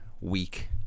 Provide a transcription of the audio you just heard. week